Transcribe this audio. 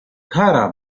kara